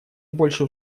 больше